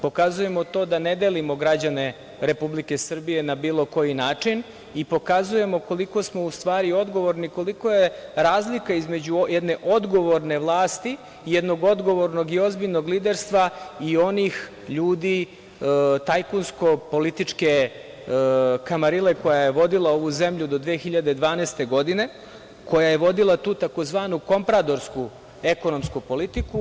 Pokazujemo to da ne delimo građane Republike Srbije na bilo koji način i pokazujemo koliko smo u stvari odgovornim, koliko je razlika između jedne odgovorne vlasti, jednog odgovornog i ozbiljnog liderstva i onih ljudi, tajkunsko-političke kamarile koja je vodila ovu zemlju do 2012. godine, koja je vodila tu tzv. kompradorsku ekonomsku politiku.